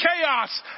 chaos